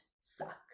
suck